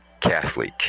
Catholic